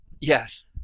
Yes